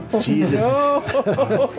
Jesus